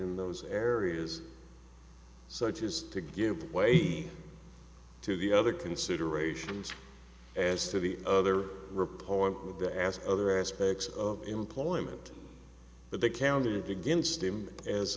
in those areas such as to give way to the other considerations as to the other ripon of the ask other aspects of employment but they counted against him as